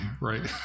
right